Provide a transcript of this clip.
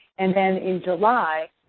and then, in july,